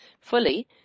fully